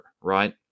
Right